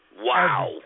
Wow